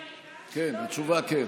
כן, התשובה היא כן.